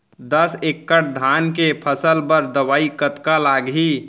दस एकड़ धान के फसल बर दवई कतका लागही?